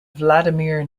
vladimir